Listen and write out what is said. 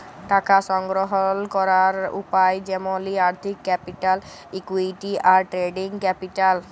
টাকা সংগ্রহল ক্যরের উপায় যেমলি আর্থিক ক্যাপিটাল, ইকুইটি, আর ট্রেডিং ক্যাপিটাল